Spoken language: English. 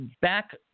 back